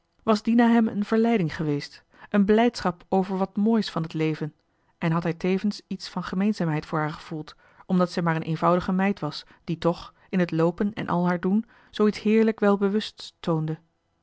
was dina hem een verleiding geweest een blijdschap over w a t m o o i s v a n h e t l e v e n en had hij tevens iets van gemeenzaamheid voor haar gevoeld omdat zij maar een eenvoudige meid was die toch in het loopen en al haar doen zoo iets heerlijk welbewusts toonde